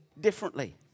differently